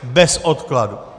Bez odkladu.